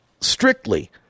strictly